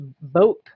vote